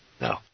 No